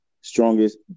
strongest